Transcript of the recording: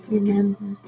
Remember